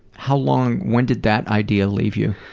how long, when did that idea leave you?